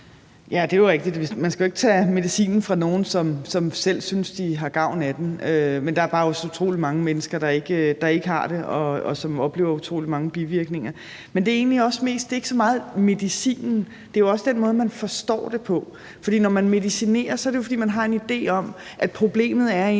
det er rigtigt. Man skal jo ikke tage medicinen fra nogle, som selv synes, de har gavn af den. Men der er også bare utrolig mange mennesker, der ikke har det, og som oplever utrolig mange bivirkninger. Men det er ikke så meget medicinen, det er jo også den måde, man forstår det på. For når man medicinerer, er det jo, fordi man har en idé om, at problemet er inde